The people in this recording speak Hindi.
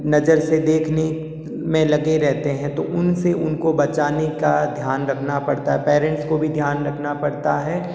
नज़र से देखने में लगे रहते हैं तो उनसे उनको बचाने का ध्यान रखना पड़ता है पेरेंट्स को भी ध्यान रखना पड़ता है